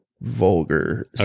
vulgar